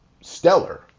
Stellar